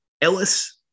ellis